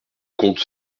comte